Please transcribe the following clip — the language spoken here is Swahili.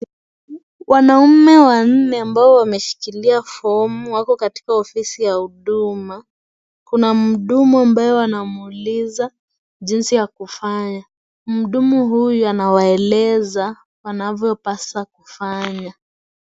Wanaume wanne ambao wameshikilia fomu wako katika ofisi ya huduma. Kuna muhudumu ambaye wanamuulizajinsi ya kufanya .Muhudumu huyu anawaeleza wanavyopaswa kufanya.